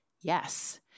Yes